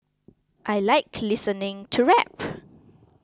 I like listening to rap